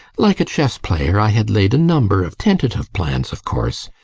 like a chess-player, i had laid a number of tentative plans, of course,